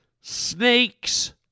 snakes